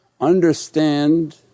understand